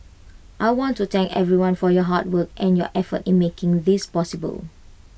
I want to thank everyone for your hard work and your effort in making this possible